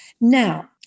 now